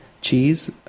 Cheese